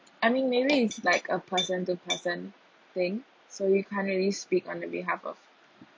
I mean maybe it's like a person to person thing so you can't really speak on the behalf of